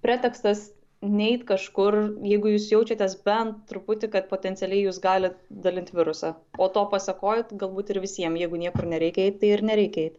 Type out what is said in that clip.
pretekstas neit kažkur jeigu jūs jaučiatės bent truputį kad potencialiai jūs galit dalint virusą po to pasekoj galbūt ir visiem jeigu niekur nereikia eit tai ir nereikia eit